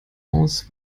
aus